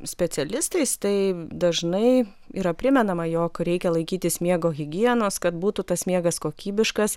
specialistais tai dažnai yra primenama jog reikia laikytis miego higienos kad būtų tas miegas kokybiškas